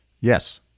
Yes